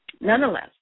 Nonetheless